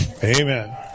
Amen